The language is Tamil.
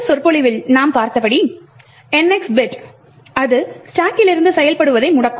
முந்தைய சொற்பொழிவில் நாம் பார்த்தபடி NX பிட் அது ஸ்டாக் கிலிருந்து செயல்படுவதை முடக்கும்